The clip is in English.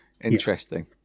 interesting